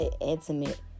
intimate